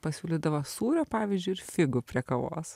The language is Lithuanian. pasiūlydavo sūrio pavyzdžiui ir figų prie kavos